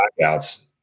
blackouts